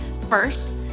First